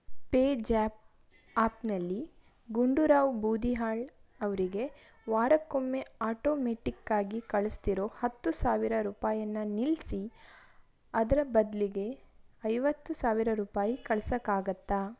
ಪೇಜ್ಯಾಪ್ ಆ್ಯಪ್ನಲ್ಲಿ ಗುಂಡೂರಾವ್ ಬೂದಿಹಾಳ್ ಅವರಿಗೆ ವಾರಕ್ಕೊಮ್ಮೆ ಆಟೋಮೆಟಿಕ್ಕಾಗಿ ಕಳಿಸ್ತಿರೋ ಹತ್ತು ಸಾವಿರ ರೂಪಾಯಿಯನ್ನ ನಿಲ್ಲಿಸಿ ಅದರ ಬದಲಿಗೆ ಐವತ್ತು ಸಾವಿರ ರೂಪಾಯಿ ಕಳ್ಸೋಕ್ಕಾಗತ್ತಾ